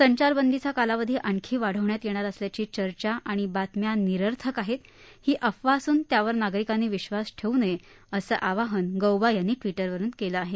संचारबंदीचा कालावधी आणखी वाढवण्यात येणार असल्याची चर्चा आणि बातम्या या निरर्थक आहेत ही अफवा असून त्यावर नागरिकांनी विश्वास ठेवू नये असं आवाहन गौबा यांनी ट्विटरवरून केलं आहे